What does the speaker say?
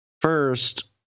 First